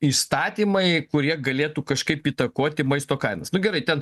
įstatymai kurie galėtų kažkaip įtakoti maisto kainas nu gerai ten